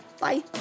Bye